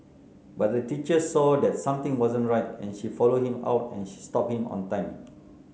but a teacher saw that something wasn't right and she followed him out and she stopped him on time